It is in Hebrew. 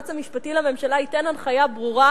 שהיועץ המשפטי לממשלה ייתן הנחיה ברורה,